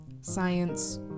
science